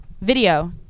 Video